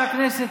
תענה.